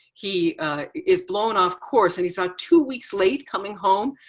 he is blown off course, and he's ah two weeks late coming home.